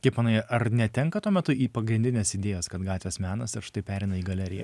kaip manai ar netenka tuo metu į pagrindinės idėjos kad gatvės menas ir štai pereina į galeriją